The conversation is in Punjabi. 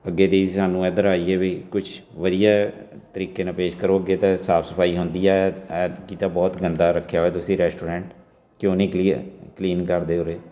ਅੱਗੇ ਦੀ ਸਾਨੂੰ ਇੱਧਰ ਆਈਏ ਵੀ ਕੁਛ ਵਧੀਆ ਤਰੀਕੇ ਨਾਲ ਪੇਸ਼ ਕਰੋ ਅੱਗੇ ਤਾਂ ਸਾਫ ਸਫਾਈ ਹੁੰਦੀ ਆ ਐਤਕੀ ਤਾਂ ਬਹੁਤ ਗੰਦਾ ਰੱਖਿਆ ਹੋਇਆ ਤੁਸੀਂ ਰੈਸਟੋਰੈਂਟ ਕਿਉਂ ਨਹੀਂ ਕਲੀਅਰ ਕਲੀਨ ਕਰਦੇ ਉਰੇ